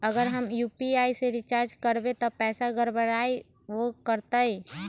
अगर हम यू.पी.आई से रिचार्ज करबै त पैसा गड़बड़ाई वो करतई?